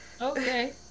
Okay